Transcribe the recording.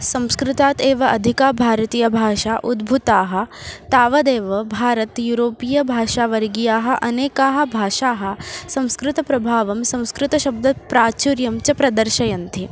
संस्कृतात् एव अधिका भारतीयभाषा उद्भूताः तावदेव भारतयुरोपियभाषावर्गीयाः अनेकाः भाषाः संस्कृतप्रभावं संस्कृतशब्दप्राचुर्यं च प्रदर्शयन्ति